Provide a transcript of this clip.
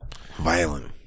Violent